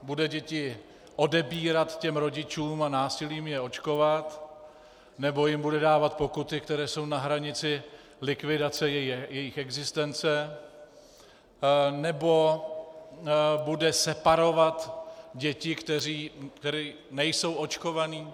Bude děti odebírat rodičům a násilím je očkovat, nebo jim bude dávat pokuty, které jsou na hranici likvidace jejich existence, nebo bude separovat děti, které nejsou očkovány?